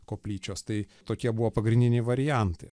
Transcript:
koplyčios tai tokie buvo pagrindiniai variantai